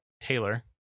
Taylor